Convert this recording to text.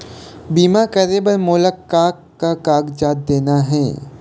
बीमा करे बर मोला का कागजात देना हे?